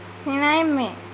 ᱥᱮᱬᱟᱭ ᱢᱮ